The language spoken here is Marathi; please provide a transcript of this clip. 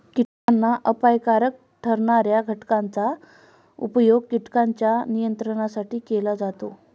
कीटकांना अपायकारक ठरणार्या घटकांचा उपयोग कीटकांच्या नियंत्रणासाठी केला जातो